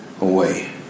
away